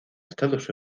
estados